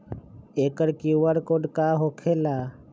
एकर QR code का होकेला?